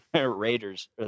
raiders